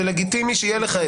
זה לגיטימי שיהיה לך את